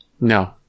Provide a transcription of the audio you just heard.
No